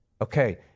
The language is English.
Okay